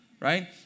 right